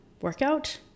workout